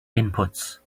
inputs